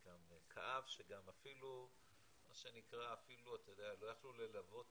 גם כאב שגם אפילו לא יכלו ללוות